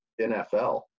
NFL